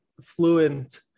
fluent